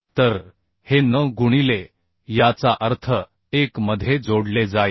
तर हे n गुणिले याचा अर्थ 1 मध्ये जोडले जाईल